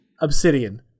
Obsidian